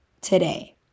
today